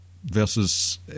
Versus